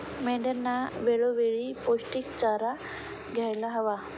मेंढ्यांना वेळोवेळी पौष्टिक चारा द्यायला हवा